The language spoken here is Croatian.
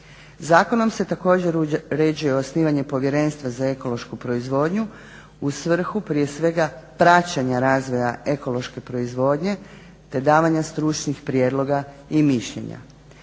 Zakonom se također uređuje osnivanje Povjerenstva za ekološku proizvodnju u svrhu prije svega praćenja razvoja ekološke proizvodnje te davanja stručnih prijedloga i mišljenja.